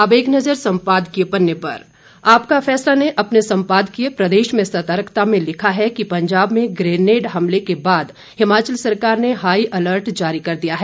अब एक नज़र सम्पादकीय पन्ने पर आपका फैसला ने अपने सम्पादकीय प्रदेश में सतर्कता में लिखा है कि पंजाब में ग्रेनेड हमले के बाद हिमाचल सरकार ने हाई अलर्ट जारी कर दिया है